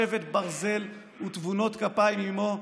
שבט ברזל ותבונות כפיים עימו,